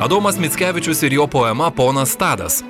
adomas mickevičius ir jo poema ponas tadas